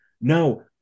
no